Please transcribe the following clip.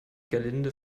gerlinde